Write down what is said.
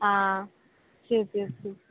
ஆ சேரி சேரி சேரி சரி